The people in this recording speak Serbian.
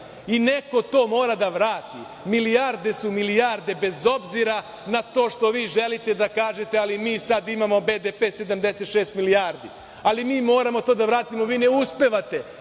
to mora da vrati. Milijarde su milijarde, bez obzira na to što vi želite da kažete - ali mi sada imamo BDP 76 milijardi. Ali, mi moramo to da vratimo. Vi ne uspevate